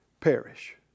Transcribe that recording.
perish